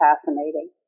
fascinating